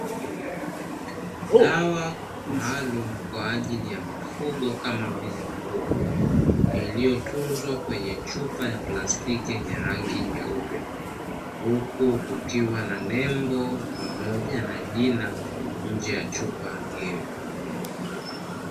Dawa maalumu kwa ajili ya mifugo kama vile kuku iliyotunzwa kwenye chupa ya plastiki yenye rangi nyeupe huku kukiwa na nembo pamoja na jina njee ya chupa hiyo.